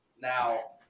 Now